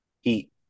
Heat